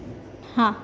हां